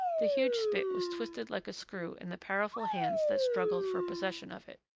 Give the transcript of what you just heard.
the huge spit was twisted like a screw in the powerful hands that struggled for possession of it.